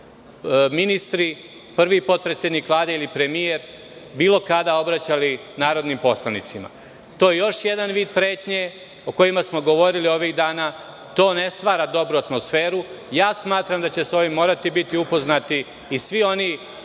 ministri, prvi potpredsednik Vlade ili premijer bilo kada obraćali narodnim poslanicima. To je još jedan vid pretnje o kojima smo govorili ovih dana. To ne stvara dobru atmosferu. Smatram da će sa ovim morati biti upoznati i svi oni